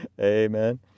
Amen